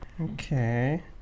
Okay